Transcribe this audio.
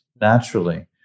naturally